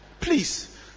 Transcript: please